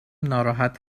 ناراحت